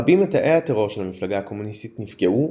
רבים מתאי הטרור של המפלגה הקומוניסטית נפגעו,